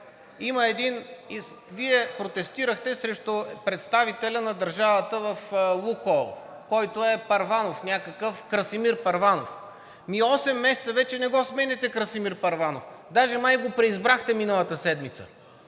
Вие протестирахте срещу представителя на държавата в „Лукойл“, който е Първанов някакъв – Красимир Първанов. Ами осем месеца вече не го сменяте Красимир Първанов, даже май го преизбрахте миналата седмица?!